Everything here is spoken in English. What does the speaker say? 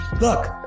Look